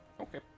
Okay